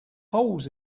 holes